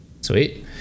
Sweet